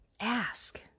ask